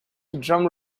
drum